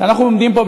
כשאנחנו עומדים פה,